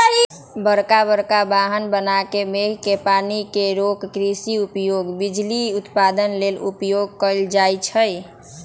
बरका बरका बांह बना के मेघ के पानी के रोक कृषि उपयोग, बिजली उत्पादन लेल उपयोग कएल जाइ छइ